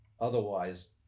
otherwise